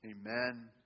Amen